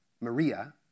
Maria